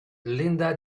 linda